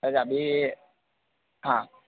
अभी हाँ